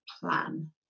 plan